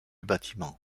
bâtiment